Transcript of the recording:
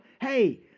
hey